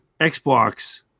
Xbox